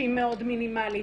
שהיא מאוד מינימאלית.